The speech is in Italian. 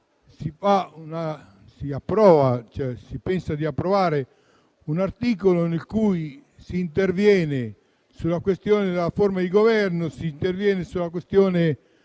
si pensa di approvare un articolo con cui si interviene sulla questione della forma di governo e della forma